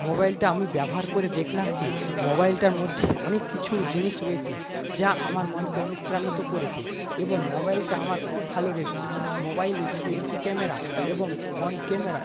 মোবাইলটা আমি ব্যবহার করে দেখলাম যে মোবাইলটার মধ্যে অনেক কিছু জিনিস রয়েছে যা আমার মনকে অনুপ্রাণিত করেছে এবং মোবাইলটা আমার খুব ভালো রয়েছে মোবাইলের সেলফি ক্যামেরা এবং ফ্রন্ট ক্যামেরা